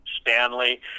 Stanley